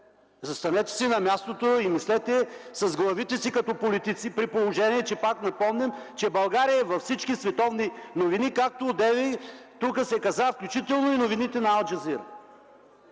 Застанете си на мястото и мислете с главите си като политици при положение, пак напомням, че България е във всички световни новини, както одеве се каза тук, включително и новините на „Ал Джазира”.